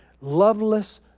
loveless